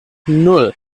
nul